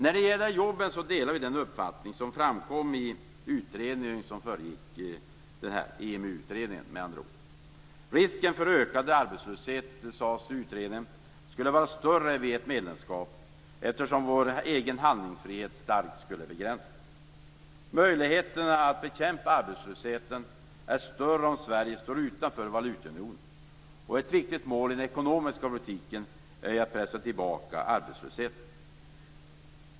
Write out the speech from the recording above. När det gäller jobben delar vi den uppfattning som framkom i EMU-utredningen. Riskerna för ökad arbetslöshet skulle enligt utredningen vara större vid medlemskap, eftersom vår egen handlingsfrihet skulle starkt begränsas. Möjligheterna att bekämpa arbetslösheten är större om Sverige står utanför valutaunionen. Och ett viktigt mål i den ekonomiska politiken är ju att pressa tillbaka arbetslösheten.